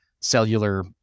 cellular